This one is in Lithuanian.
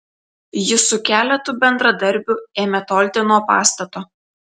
jis su keletu bendradarbių ėmė tolti nuo pastato